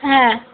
হ্যাঁ